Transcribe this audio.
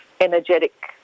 energetic